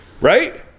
Right